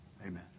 Amen